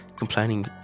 complaining